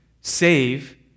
save